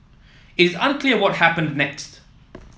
is unclear what happened next